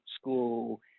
school